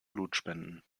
blutspenden